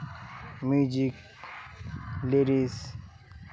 music lyrics